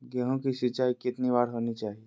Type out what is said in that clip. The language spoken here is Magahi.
गेहु की सिंचाई कितनी बार होनी चाहिए?